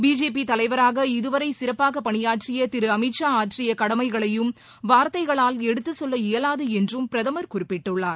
BJP தலைவராக இதுவரை சிறப்பாக பணியாற்றிய திரு அமித் ஷா ஆற்றிய கடமைகளையும் வார்த்தைகளால் எடுத்து சொல்ல இயலாது என்றும் பிரதமர் குறிப்பிட்டுள்ளார்